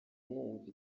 numva